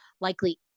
likely